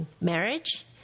marriage